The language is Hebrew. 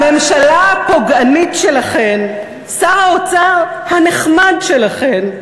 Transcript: הממשלה הפוגענית שלכן, שר האוצר הנחמד שלכן,